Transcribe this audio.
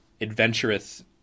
adventurous